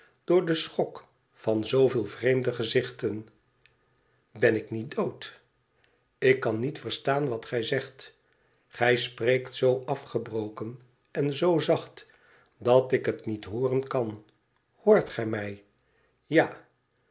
door den schok van zooveel vreemde gezichten tben ik niet dood tik kan niet verstaan wat gij zegt gij spreekt zoo afgebroken en zoo zacht dat ik het niet hooren kan hoort gij mij tja